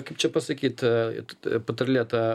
kaip čia pasakyt t patarlė ta